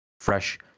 fresh